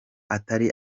atari